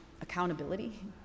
accountability